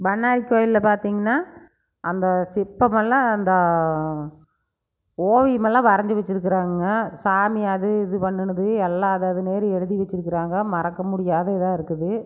பண்ணாரி கோயிலில் பார்த்திங்கன்னா அந்த சிற்பம் எல்லாம் அந்த ஓவியம் எல்லாம் வரஞ்சு வச்சுருக்குறாங்க சாமி அது இது பண்ணினது எல்லாம் அது அது மாதிரி எழுதி வச்சுருக்குறாங்க மறக்க முடியாத இதாக இருக்குது